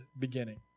beginning